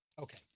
Okay